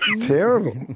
Terrible